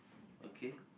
okay